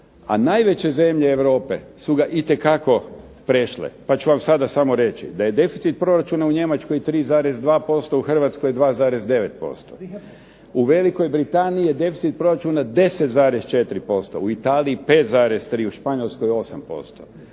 A najveće zemlje Europe su ga itekako prešle, pa ću vam sada samo reći da je deficit proračuna u Njemačkoj 3,2% a u Hrvatskoj 2,9%. U Velikoj Britaniji je deficit proračuna 10,4%, u Italiji 5,3, u Španjolskoj 8%.